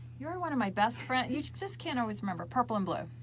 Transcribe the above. you're one of my best friends you just can't always remember, purple and blue.